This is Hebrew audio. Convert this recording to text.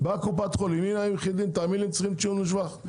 באה קופת חולים, הם צריכים לקבל ציון לשבח.